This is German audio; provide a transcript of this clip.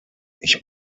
ich